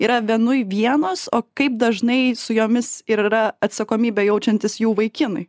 yra vienui vienos o kaip dažnai su jomis ir yra atsakomybę jaučiantis jų vaikinai